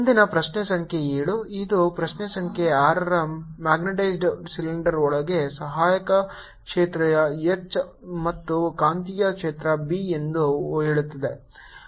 ಮುಂದಿನ ಪ್ರಶ್ನೆ ಸಂಖ್ಯೆ 7 ಇದು ಪ್ರಶ್ನೆ ಸಂಖ್ಯೆ 6 ರ ಮ್ಯಾಗ್ನೆಟೈಸ್ಡ್ ಸಿಲಿಂಡರ್ ಒಳಗೆ ಸಹಾಯಕ ಕ್ಷೇತ್ರ H ಮತ್ತು ಕಾಂತೀಯ ಕ್ಷೇತ್ರ B ಎಂದು ಹೇಳುತ್ತದೆ